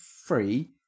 free